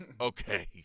okay